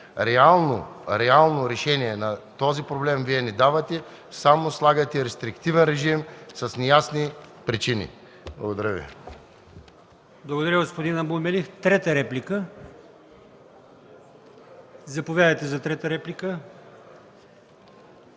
Реално решение на този проблем Вие не давате, а само слагате рестриктивен режим с неясни причини. Благодаря Ви.